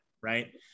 right